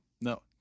no